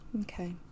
Okay